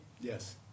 Yes